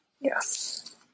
yes